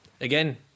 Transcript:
Again